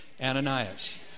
Ananias